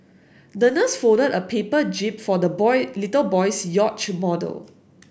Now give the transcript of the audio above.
the nurse folded a paper jib for the boy little boy's yacht model